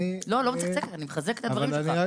לא, אני לא מצקצקת, אני מחזקת את הדברים שלך.